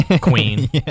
queen